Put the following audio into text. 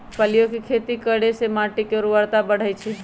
फलियों के खेती करे से माटी के ऊर्वरता बढ़ई छई